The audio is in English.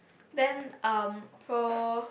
then um pro